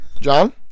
John